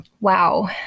Wow